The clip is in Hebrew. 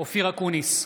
אופיר אקוניס,